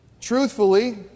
Truthfully